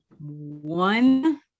one